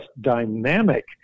dynamic